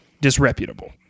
disreputable